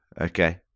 Okay